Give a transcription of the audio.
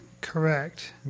correct